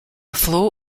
flow